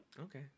okay